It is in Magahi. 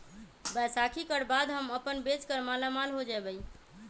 बैसाखी कर बाद हम अपन बेच कर मालामाल हो जयबई